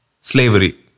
slavery